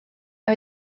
mae